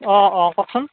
অঁ অঁ কওকচোন